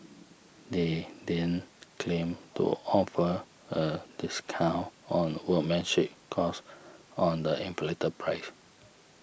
they then claim to offer a discount on workmanship cost on the inflated price